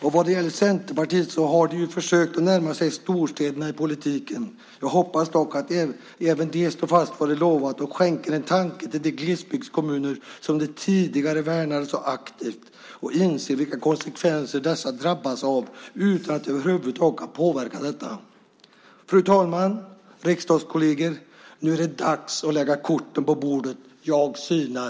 Centerpartiet har försökt att närma sig storstäderna i politiken. Jag hoppas dock att även det partiet ska stå fast vid vad det har lovat och skänker en tanke till de glesbygdskommuner som partiet tidigare värnade så aktivt och inser vilka konsekvenser dessa drabbas av utan att över huvud taget kunna påverka detta. Fru talman och riksdagskolleger! Nu är det dags att lägga korten på bordet. Jag synar.